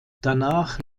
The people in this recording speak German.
danach